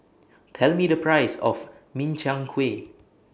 Tell Me The Price of Min Chiang Kueh